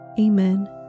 Amen